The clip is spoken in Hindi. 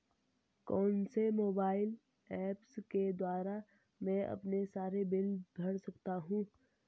कौनसे मोबाइल ऐप्स के द्वारा मैं अपने सारे बिल भर सकता हूं?